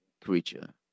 creature